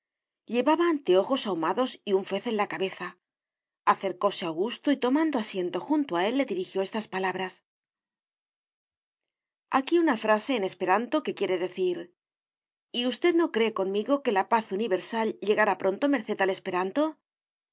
llevaba anteojos ahumados y un fez en la cabeza acercóse a augusto y tomando asiento junto a él le dirigió estas palabras aquí una frase en esperanto que quiere decir y usted no cree conmigo que la paz universal llegará pronto merced al